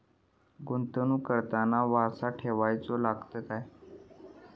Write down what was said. गुंतवणूक करताना वारसा ठेवचो लागता काय?